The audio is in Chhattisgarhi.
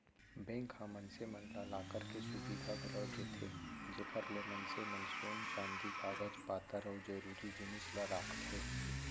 बेंक ह मनसे मन ला लॉकर के सुबिधा घलौ देथे जेकर ले मनसे मन सोन चांदी कागज पातर अउ जरूरी जिनिस ल राखथें